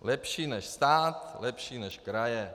Lepší než stát, lepší než kraje.